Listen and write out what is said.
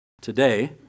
today